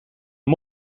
een